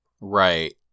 Right